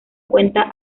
cuenta